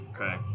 Okay